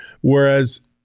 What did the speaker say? Whereas